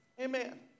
Amen